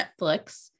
netflix